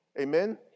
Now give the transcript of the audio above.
Amen